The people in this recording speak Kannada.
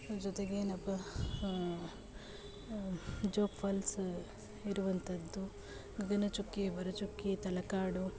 ಜೊತೆಗೇನಪ್ಪ ಜೋಗ್ ಫಾಲ್ಸ್ ಇರುವಂಥದ್ದು ಗಗನಚುಕ್ಕಿ ಭರಚುಕ್ಕಿ ತಲಕಾಡು